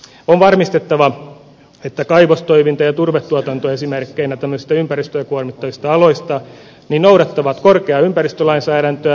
on varmistettava että kaivostoiminta ja turvetuotanto esimerkkeinä tämmöisistä ympäristöä kuormittavista aloista noudattavat korkeaa ympäristölainsäädäntöä